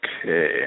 okay